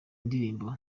indirimbo